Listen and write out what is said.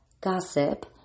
gossip